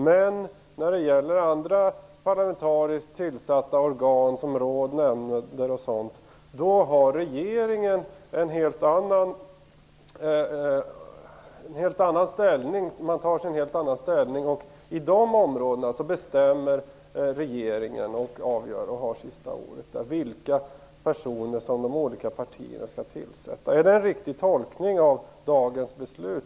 Men när det gäller andra parlamentariskt tillsatta organ, som råd och nämnder, har regeringen en helt annan ställning. På de områdena är det regeringen som bestämmer och som har sista ordet när det gäller att avgöra vilka personer som de olika partierna skall tillsätta. Är det en riktig tolkning av regeringens beslut?